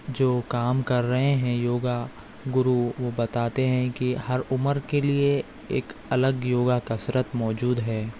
جو وہ کام کر رہے ہیں یوگا گرو وہ بتاتے ہیں کہ ہر عمر کے لیے ایک الگ یوگا کسرت موجود ہے